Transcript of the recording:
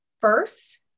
first